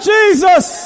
Jesus